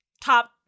top